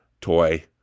toy